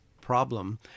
problem